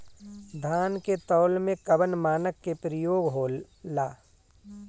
धान के तौल में कवन मानक के प्रयोग हो ला?